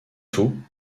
tout